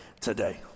today